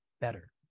better